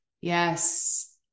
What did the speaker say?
Yes